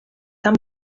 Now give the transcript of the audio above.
tan